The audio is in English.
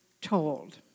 told